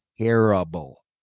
terrible